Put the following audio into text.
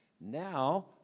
Now